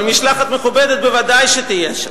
אבל משלחת מכובדת ודאי שתהיה שם.